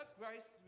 Christ